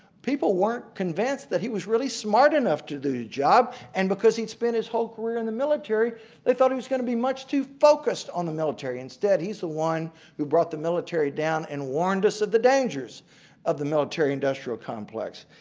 people weren't convinced that he was really smart enough to do the job and he'd spent his whole career in the military they thought he was going to be much too focused on the military. instead he's the one who brought the military down and warned us of the dangers of the military-industrial complex.